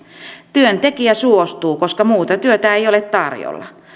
työntekijä suostuu koska muuta työtä ei ole tarjolla